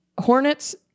Hornets